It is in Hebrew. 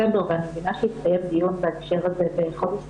--- שיתקיים דיון בהקשר הזה בחודש ספטמבר.